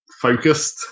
focused